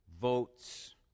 votes